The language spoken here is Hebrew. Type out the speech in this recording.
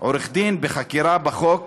עורך-דין בחקירה בחוק,